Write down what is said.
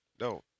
no